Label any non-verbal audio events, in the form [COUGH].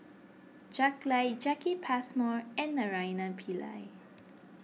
Jack Lai Jacki Passmore and Naraina Pillai [NOISE]